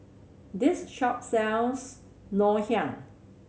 this shop sells Ngoh Hiang